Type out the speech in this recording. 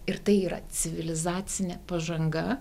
ir tai yra civilizacinė pažanga